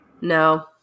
No